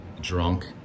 drunk